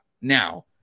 Now